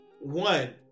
one